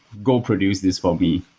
go produce this for me.